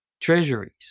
treasuries